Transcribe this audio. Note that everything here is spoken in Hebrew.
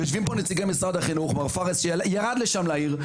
יושבים פה נציגי משרד החינוך מר פארס שירד לשם לעיר,